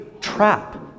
trap